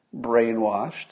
brainwashed